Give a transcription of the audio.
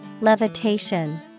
Levitation